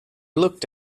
looked